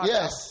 Yes